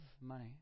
money